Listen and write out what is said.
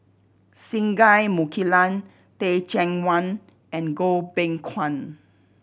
Singai Mukilan Teh Cheang Wan and Goh Beng Kwan